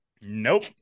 Nope